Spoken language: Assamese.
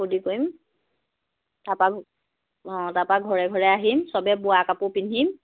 কৰিম তাৰ পৰা অঁ তাৰ পৰা ঘৰে ঘৰে আহিম চবে বোৱা কাপোৰ পিন্ধিম